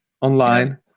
online